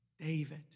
David